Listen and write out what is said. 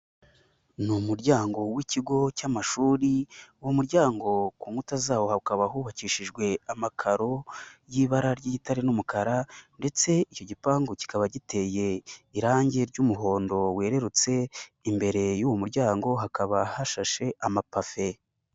Ni umuryango w'ikigo cy'amashuri, uwo muryango ku nkuta zawo hakaba hubakishijwe amakaro y'ibara ry'itare n'umukara ndetse icyo gipangu kikaba giteye irangi ry'umuhondo werererutse, imbere y'uwo muryango hakaba hashashe amapave.